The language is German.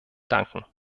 danken